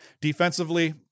defensively